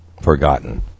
forgotten